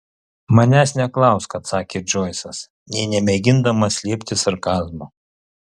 manęs neklausk atsakė džoisas nė nemėgindamas slėpti sarkazmo